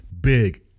big